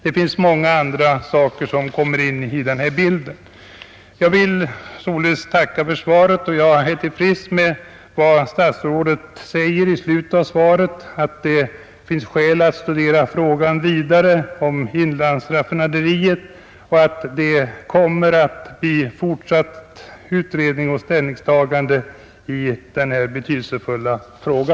Jag vill således tacka för svaret och är till freds med vad statsrådet säger i slutet av detsamma, att det finns skäl att studera frågan om ett inlandsraffinaderi mera ingående och att det kommer att bli fortsatta utredningar och ställningstaganden i denna betydelsefulla fråga.